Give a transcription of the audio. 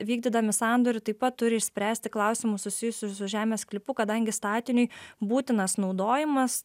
vykdydami sandorį taip pat turi išspręsti klausimus susijusius su žemės sklypu kadangi statiniui būtinas naudojimas